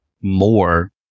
more